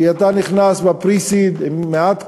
כי אתה נכנס ב-Pre-Seed עם מעט כסף,